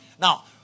Now